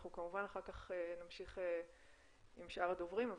אנחנו כמובן אחר כך נמשיך עם שאר הדוברים.